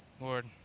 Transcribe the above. Lord